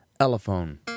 elephone